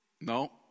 No